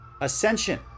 ascension